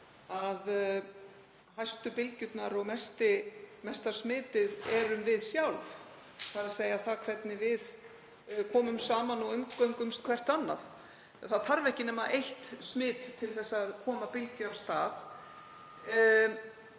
að hæstu bylgjurnar og mesta smitið erum við sjálf, þ.e. það hvernig við komum saman og umgöngumst hvert annað. Það þarf ekki nema eitt smit til að koma bylgju af stað.